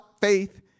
faith